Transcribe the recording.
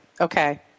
Okay